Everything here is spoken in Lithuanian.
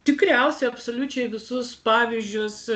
tikriausiai absoliučiai visus pavyzdžius